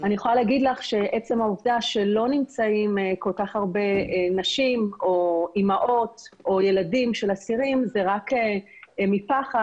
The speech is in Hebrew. עצם העובדה שאין הרבה נשים או אימהות או ילדים של אסירים זה רק מפחד,